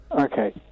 Okay